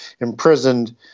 imprisoned